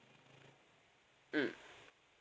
mm